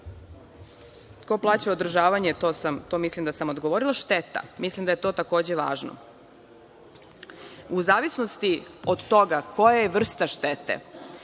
ko plaća održavanje, to mislim da sam odgovorila. Šteta, mislim da je to takođe važno. U zavisnosti od toga koja je vrsta štete,